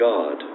God